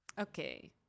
Okay